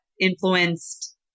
influenced